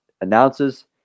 announces